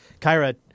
kyra